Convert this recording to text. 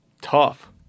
tough